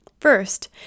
First